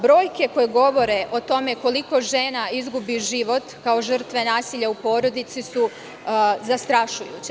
Brojke koje govore o tome koliko žena izgubi život kao žrtve nasilja u porodici su zastrašujuće.